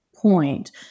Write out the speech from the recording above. point